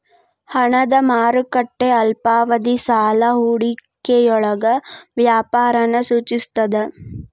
ಹಣದ ಮಾರುಕಟ್ಟೆ ಅಲ್ಪಾವಧಿ ಸಾಲ ಹೂಡಿಕೆಯೊಳಗ ವ್ಯಾಪಾರನ ಸೂಚಿಸ್ತದ